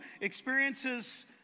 experiences